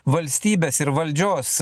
valstybės ir valdžios